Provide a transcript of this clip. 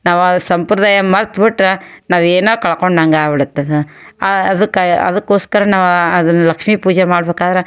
ನಾವು ಆ ಸಂಪ್ರದಾಯ ಮರ್ತು ಬಿಟ್ರೆ ನಾವು ಏನು ಕಳ್ಕೊಂಡಂಗೆ ಆಗ್ಬಿಡತ್ತದೆ ಅದಕ್ಕೆ ಅದಕೋಸ್ಕರ ನಾವು ಅದನ್ನು ಲಕ್ಷ್ಮಿ ಪೂಜೆ ಮಾಡ್ಬೇಕಾದ್ರೆ